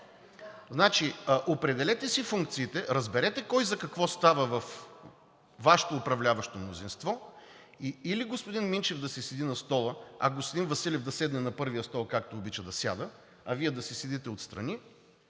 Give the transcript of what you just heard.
определете си функциите, разберете кой за какво става във Вашето управляващо мнозинство или господин Минчев да си седи на стола, а господин Василев да седне на първия стол, както обича да сяда, а Вие да си седите отстрани,